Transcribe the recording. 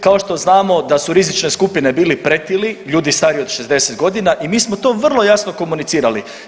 Kao što znamo da su rizične skupine bili pretili, ljudi stariji od 60 godina i mi smo to vrlo jasno komunicirali.